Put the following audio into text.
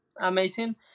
amazing